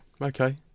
okay